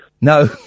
No